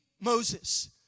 Moses